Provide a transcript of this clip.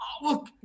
look